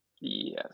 Yes